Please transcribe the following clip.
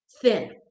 thin